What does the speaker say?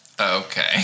okay